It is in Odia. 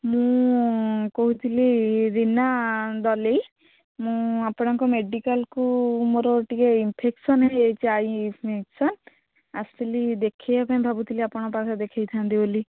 ମୁଁ କହୁଥିଲି ରୀନା ଦଲେଇ ମୁଁ ଆପଣଙ୍କ ମେଡ଼ିକାଲ୍କୁ ମୋର ଟିକେ ଇନଫେକସନ୍ ହେଇଯାଇଛି ଆଇ ଇନଫେକସନ୍ ଆସିଥିଲି ଦେଖାଇବା ପାଇଁ ଭାବୁଥିଲି ଆପଣଙ୍କ ପାଖରେ ଦେଖାଇଥାନ୍ତି ବୋଲି